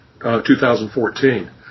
2014